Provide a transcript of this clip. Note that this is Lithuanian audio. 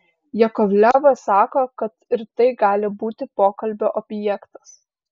jakovlevas sako kad ir tai gali būti pokalbio objektas